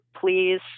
please